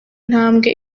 ntambwe